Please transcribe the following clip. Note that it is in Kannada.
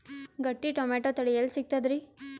ಗಟ್ಟಿ ಟೊಮೇಟೊ ತಳಿ ಎಲ್ಲಿ ಸಿಗ್ತರಿ?